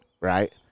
right